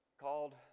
called